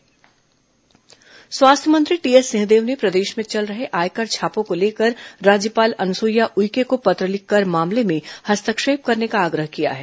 आयकर छापा सिंहदेव रमन सिंह स्वास्थ्य मंत्री टीएस सिंहदेव ने प्रदेश में चल रहे आयकर छापों को लेकर राज्यपाल अनुसुईया उइके को पत्र लिखकर मामले में हस्तक्षेप करने का आग्रह किया है